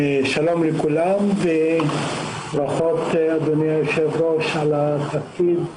שלום לכולם וברכות, אדוני היושב-ראש, על התפקיד.